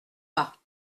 pas